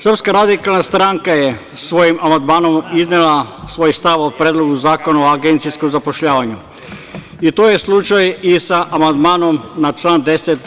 Srpska radikalna stranka je svojim amandmanom iznela svoj stav o Predlogu zakona o agencijskom zapošljavanju i to je slučaj i sa amandmanom na član 10.